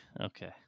Okay